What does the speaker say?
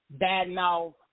badmouth